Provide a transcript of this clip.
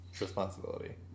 responsibility